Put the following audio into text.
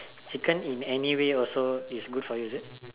chicken in anyway also is good for you is it